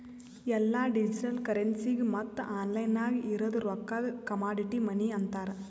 ಎಲ್ಲಾ ಡಿಜಿಟಲ್ ಕರೆನ್ಸಿಗ ಮತ್ತ ಆನ್ಲೈನ್ ನಾಗ್ ಇರದ್ ರೊಕ್ಕಾಗ ಕಮಾಡಿಟಿ ಮನಿ ಅಂತಾರ್